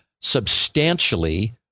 substantially